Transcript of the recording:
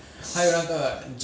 三块钱很 worth it oh